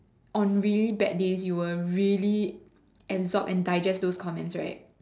on really bad days you will really absorb and digest those comments right